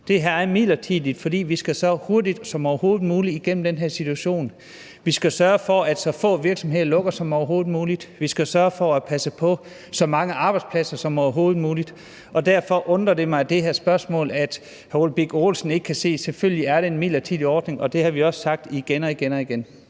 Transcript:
Det er midlertidigt, fordi vi så hurtigt som overhovedet muligt skal igennem den her situation. Vi skal sørge for, at så få virksomheder som overhovedet muligt lukker. Vi skal sørge for at passe på så mange arbejdspladser som overhovedet muligt. Derfor undrer det her spørgsmål mig, og at hr. Ole Birk Olesen ikke kan se, at det selvfølgelig er en midlertidig ordning. Det har vi også sagt igen og igen. Kl.